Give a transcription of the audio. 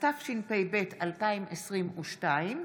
התשפ"ב 2022,